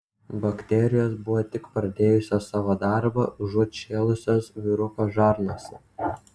bakterijos buvo tik pradėjusios savo darbą užuot šėlusios vyruko žarnose